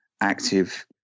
active